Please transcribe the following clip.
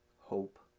hope